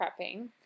prepping